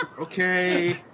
Okay